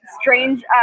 Strange